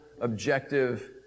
objective